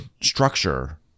structure